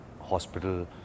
hospital